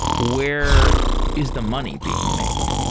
where is the money being made?